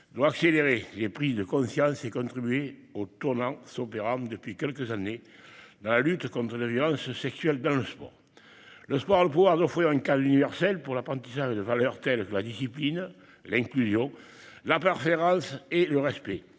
Doit accélérer. J'ai pris de conscience et contribuer au tournant, s'opérant depuis quelques années dans la lutte contre les violences sexuelles dans le sport. Le sport, le pouvoir d'offrir une cale universel pour l'apprentissage de valeurs telles que la discipline l'inclusion la part fédérale et le respect